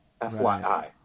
fyi